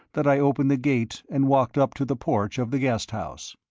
that i opened the gate and walked up to the porch of the guest house.